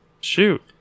shoot